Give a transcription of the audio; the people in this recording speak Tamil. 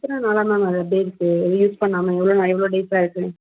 எத்தனை நாளாக மேம் அது அப்படே இருக்கு யூஸ் பண்ணாமல் எவ்வளோ நாள் எவ்வளோ டேசாக இருக்கு